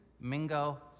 Mingo